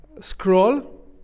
scroll